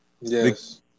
Yes